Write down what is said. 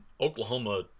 Oklahoma